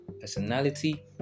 personality